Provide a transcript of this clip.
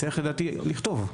צריך לדעתי לכתוב,